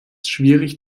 schwierig